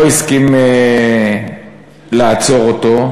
לא הסכים לעצור אותו,